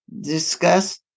discuss